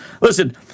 Listen